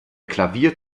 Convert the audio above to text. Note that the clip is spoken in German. klavier